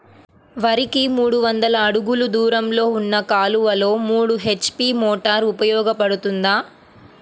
వరికి మూడు వందల అడుగులు దూరంలో ఉన్న కాలువలో మూడు హెచ్.పీ మోటార్ ఉపయోగపడుతుందా?